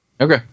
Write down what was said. Okay